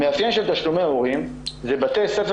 המאפיין של תשלומי הורים הוא בתי ספר